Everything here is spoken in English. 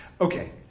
Okay